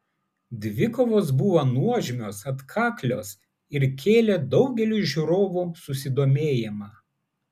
dvikovos buvo nuožmios atkaklios ir kėlė daugeliui žiūrovų susidomėjimą